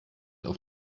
auf